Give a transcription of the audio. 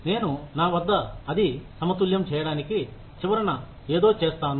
నేను నా వద్ద అది సమతుల్యం చేయడానికి చివరన ఏదో చేస్తాను